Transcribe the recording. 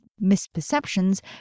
misperceptions